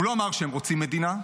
הוא לא אמר שהם רוצים מדינה,